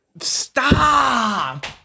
Stop